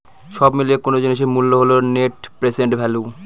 সব মিলিয়ে কোনো জিনিসের মূল্য হল নেট প্রেসেন্ট ভ্যালু